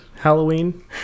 Halloween